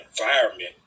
environment